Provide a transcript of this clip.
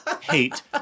hate